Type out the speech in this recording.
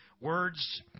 words